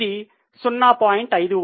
ఇది 0